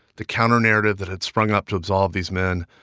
the counternarrative that had sprung up to absolve these men,